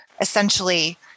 essentially